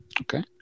Okay